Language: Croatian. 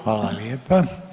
Hvala lijepa.